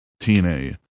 TNA